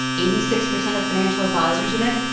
eighty-six percent of financial advisers are men.